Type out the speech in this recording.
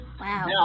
Wow